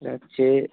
সেটা হচ্ছে